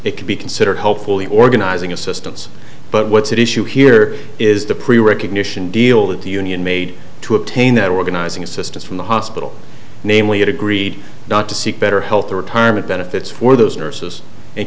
could be considered hopefully organizing assistance but what's at issue here is the pre recognition deal that the union made to obtain that organizing assistance from the hospital namely agreed not to seek better health or retirement benefits for those nurses and